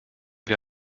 wir